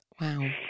Wow